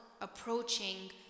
approaching